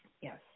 Yes